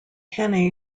hannay